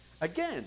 Again